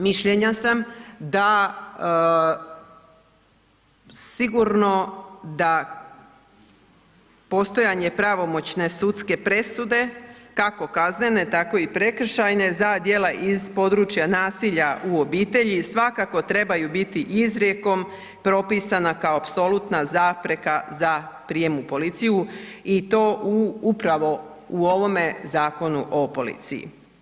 Mišljenja sam da sigurno da postojanje pravomoćne sudske presude kako kaznene tako i prekršajne za djela iz područja nasilja u obitelji svakako trebaju biti izrijekom propisana kao apsolutna zapreka za prijem u policiju i to u upravo u ovome Zakonu o policiji.